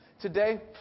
Today